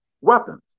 weapons